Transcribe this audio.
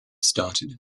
started